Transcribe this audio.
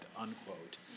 unquote